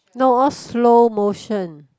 no all slow motion